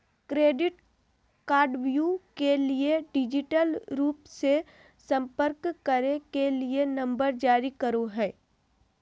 credit कार्डव्यू के लिए डिजिटल रूप से संपर्क करे के लिए नंबर जारी करो हइ